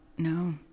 No